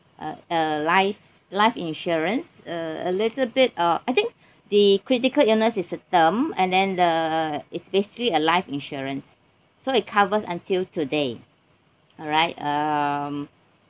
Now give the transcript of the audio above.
uh uh life life insurance uh a little bit of I think the critical illness is a term and then the it's basically a life insurance so it covers until today alright um